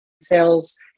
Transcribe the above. sales